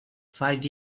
five